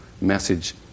message